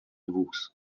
vůz